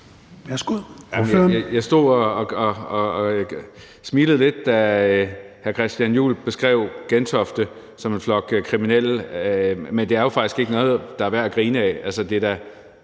Jeg stod og smilede lidt, da hr. Christian Juhl beskrev dem i Gentofte som en flok kriminelle. Men det er jo faktisk ikke noget, der er værd at grine ad.